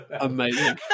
Amazing